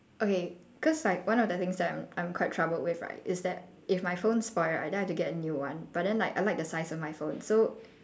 okay cause like one of the things that I'm I'm quite troubled with right is that if my phone spoil right then I have to get a new one but then like I like the size of my phone so